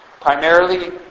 primarily